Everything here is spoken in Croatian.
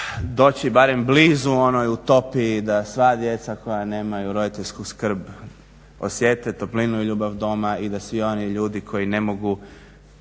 doći barem blizu onoj utopiji da sva djeca koja nemaju roditeljsku skrb osjete toplinu i ljubav doma i da svi oni ljudi koji ne mogu